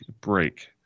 break